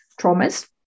traumas